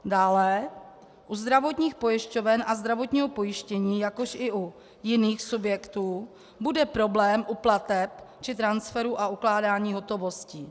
Dále u zdravotních pojišťoven a u zdravotního pojištění, jakož i u jiných subjektů bude problém u plateb při transferu a ukládání hotovostí.